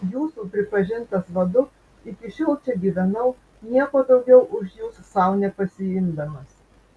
jūsų pripažintas vadu iki šiol čia gyvenau nieko daugiau už jus sau nepasiimdamas